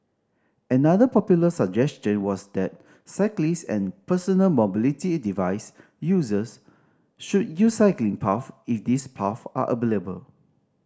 another popular suggestion was that cyclists and personal mobility device users should use cycling paths if these paths are available